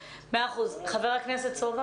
חבר הכנסת סובה